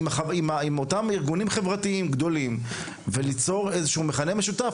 אותם ארגונים חברתיים גדולים כדי ליצור איזה שהוא מכנה משותף?